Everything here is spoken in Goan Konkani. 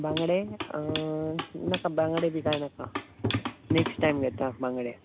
बांगडे आं बांगडे बी कांय नाका नॅक्स्ट टायम घेता बांगडे